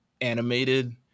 animated